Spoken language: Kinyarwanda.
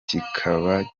kikaba